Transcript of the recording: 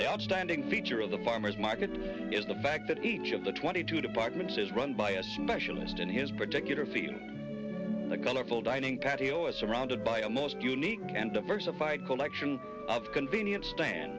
they are standing featuring the farmers markets is the fact that each of the twenty two departments is run by a specialist in his particular field the colorful dining patio is surrounded by a most unique and diversified collection of convenient stand